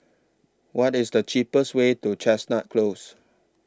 What IS The cheapest Way to Chestnut Close